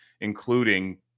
including